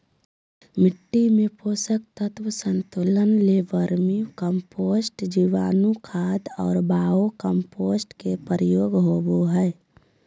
मिट्टी में पोषक तत्व संतुलन ले वर्मी कम्पोस्ट, जीवाणुखाद और बायो कम्पोस्ट के प्रयोग होबो हइ